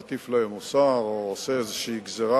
מטיף להם מוסר או עושה איזו גזירה,